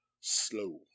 slow